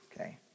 Okay